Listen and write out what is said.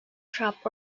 dropped